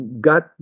got